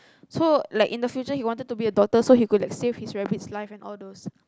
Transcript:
so like in the future he wanted to be a doctor so he could like save his rabbit's life and all those